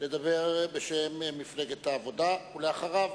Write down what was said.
לדבר בשם מפלגת העבודה, ולאחריו,